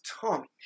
Tommy